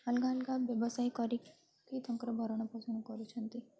ଅଲଗା ଅଲଗା ବ୍ୟବସାୟ କରିକି ତାଙ୍କର ଭରଣପୋଷଣ କରୁଛନ୍ତି